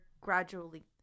gradually